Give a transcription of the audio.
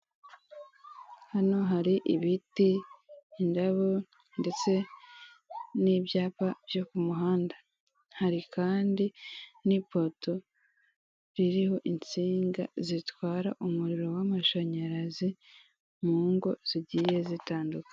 Hano hari ibiti, indabo ndetse n'ibyapa byo ku muhanda. Hari kandi n'ipoto ririho insinga zitwara umuriro w'amashanyarazi mu ngo zigiye zitandukanye.